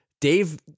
Dave